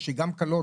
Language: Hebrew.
יש לי גם כלות,